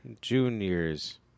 juniors